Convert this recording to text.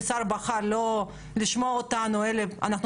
כי השר בחר לא לשמוע אותנו אלא אנחנו